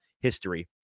history